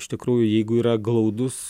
iš tikrųjų jeigu yra glaudus